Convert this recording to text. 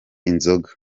inzoga